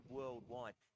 worldwide